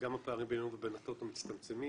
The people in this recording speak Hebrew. גם הפערים בינינו לבין הטוטו מצטמצמים,